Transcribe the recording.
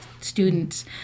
students